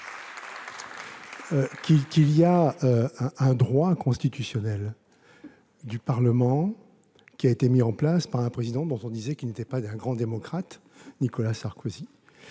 qu'il existe un droit constitutionnel du Parlement, qui a été mis en place par un président dont on disait qu'il n'était pas un grand démocrate, à savoir Nicolas Sarkozy.